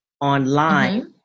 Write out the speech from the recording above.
online